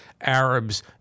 Arabs